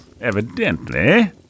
Evidently